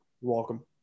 Welcome